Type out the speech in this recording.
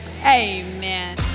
Amen